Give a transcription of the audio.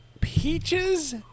peaches